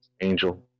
Angel